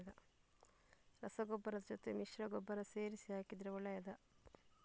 ರಸಗೊಬ್ಬರದ ಜೊತೆ ಮಿಶ್ರ ಗೊಬ್ಬರ ಸೇರಿಸಿ ಹಾಕಿದರೆ ಒಳ್ಳೆಯದಾ?